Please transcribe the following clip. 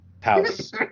house